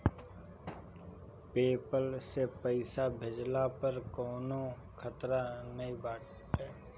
PayPal से पईसा भेजला पअ कवनो खतरा नाइ बाटे